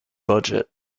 budget